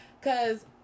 Cause